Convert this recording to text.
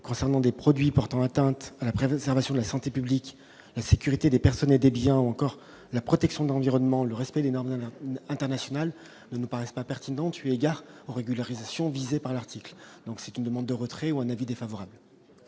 concernant des produits portant atteinte prévu ça sur la santé publique, la sécurité des personnes et des biens, ou encore la protection d'environnement, le respect des normes internationales ne nous paraissait pas pertinent tué gare régularisation visés par l'article, donc c'est une demande de retrait ou un avis défavorable.